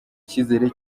icyizere